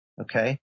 Okay